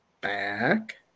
back